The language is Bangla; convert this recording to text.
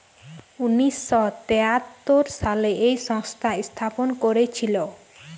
উনিশ শ তেয়াত্তর সালে এই সংস্থা স্থাপন করেছিল